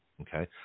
Okay